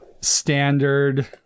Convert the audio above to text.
standard